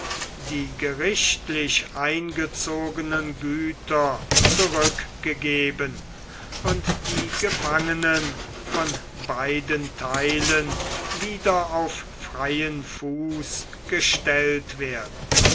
die gerichtlich eingezogenen güter zurückgegeben und die gefangenen von beiden theilen wieder auf freien fuß gestellt werden